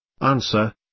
Answer